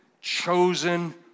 chosen